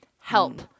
Help